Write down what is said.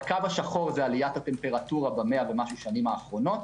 בקו השחור זה עליית הטמפרטורה ב-100 ומשהו שנים האחרונות,